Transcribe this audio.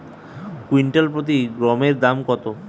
Quintal প্রতি গমের দাম কত?